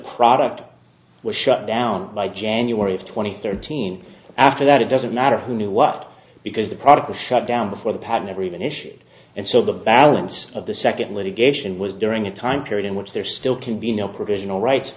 product was shut down by january twenty third team after that it doesn't matter who knew what because the product was shut down before the pad never even issued and so the balance of the second litigation was during a time period in which there still can be no provisional right